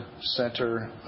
Center